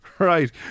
Right